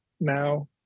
now